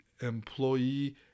employee